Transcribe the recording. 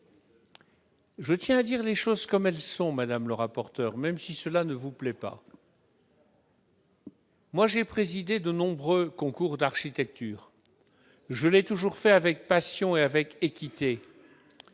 Je tiens à dire les choses comme elles sont, madame le rapporteur, même si cela ne vous plaît pas. J'ai présidé de nombreux concours d'architecture. Je l'ai toujours fait avec passion et équité,